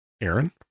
Aaron